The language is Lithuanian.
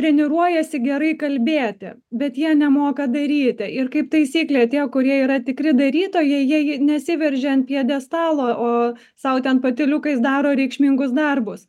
treniruojasi gerai kalbėti bet jie nemoka daryti ir kaip taisyklė tie kurie yra tikri darytojai jie nesiveržia ant pjedestalo o sau ten patyliukais daro reikšmingus darbus